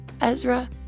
Ezra